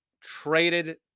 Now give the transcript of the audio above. traded